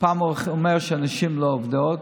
פעם הוא אומר שהנשים לא עובדות,